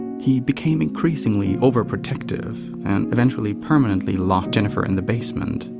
he became increasingly overprotective and eventually permanently locked jennifer in the basement.